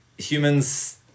Humans